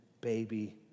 baby